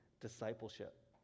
discipleship